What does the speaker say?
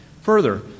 Further